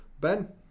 Ben